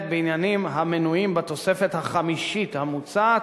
בעניינים המנויים בתוספת החמישית המוצעת,